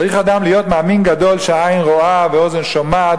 צריך אדם להיות מאמין גדול שהעין רואה והאוזן שומעת